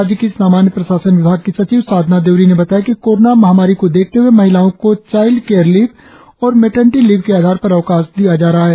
राज्य की सामान्य प्रशासन विभाग की सचिव साधना देउरी ने बताया कि कोरोना महामारी को देखते हए महिलाओं को चाइल्ड केयर लीव और मेटरनिटी लीव के आधार पर अवकाश दिया जा रहा है